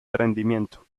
rendimiento